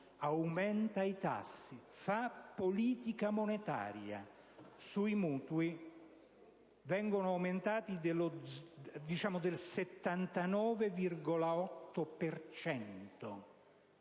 aumenta i tassi, fa politica monetaria; i mutui vengono aumentati del 79,8